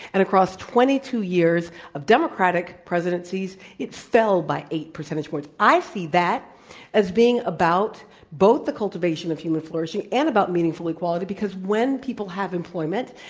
and across twenty two years of democratic presidencies, it fell by eight percentage points. i see that as being about both the cultivation of human flourishing and about meaningful equality because when people have employment,